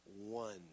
one